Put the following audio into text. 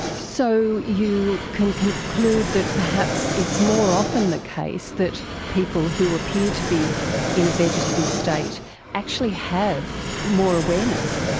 so you can conclude that perhaps it's more often the case that people who appear to be in a vegetative state actually have more awareness.